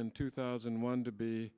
in two thousand and one to be